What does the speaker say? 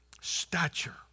stature